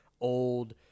old